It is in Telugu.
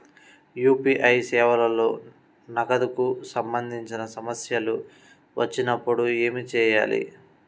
యూ.పీ.ఐ సేవలలో నగదుకు సంబంధించిన సమస్యలు వచ్చినప్పుడు ఏమి చేయాలి?